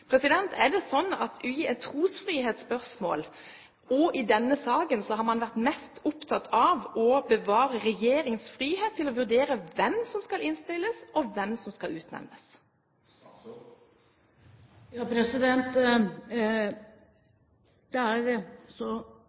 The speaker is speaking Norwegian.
Er det sånn at i trosfrihetsspørsmål og i denne saken har man vært mest opptatt av å bevare regjeringens frihet til å vurdere hvem som skal innstilles, og hvem som skal utnevnes?